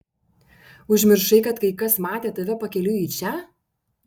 užmiršai kad kai kas matė tave pakeliui į čia